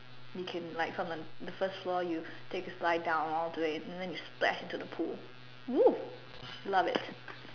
you can like from the first floor you take a slide down all the way and then you splash into the pool !woo! love it